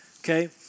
okay